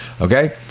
Okay